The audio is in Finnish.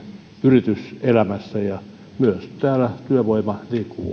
yrityselämässä ja myös täällä työvoiman liikkuvuudessa